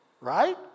right